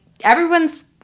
everyone's